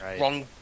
wrong